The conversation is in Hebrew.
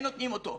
הם נותנים אותו.